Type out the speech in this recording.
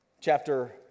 chapter